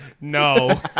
No